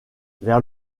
vers